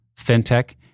fintech